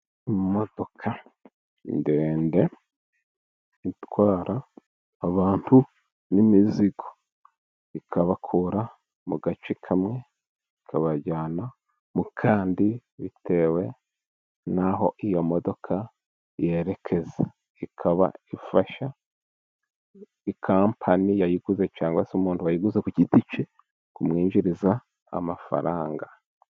Imodoka ndende itwara abantu n'imizigo，ikabakura mu gace kamwe ikabajyana mu kandi， bitewe n'aho iyo modoka yerekeza，ikaba ifasha kampani yayiguze， cyangwa se umuntu wayiguze ku giti ke， kumwinjiriza amafaranga.